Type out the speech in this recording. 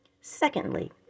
Secondly